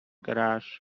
garage